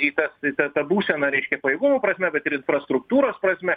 į tą į tą tą būseną reiškia pajėgumo prasme bet ir infrastruktūros prasme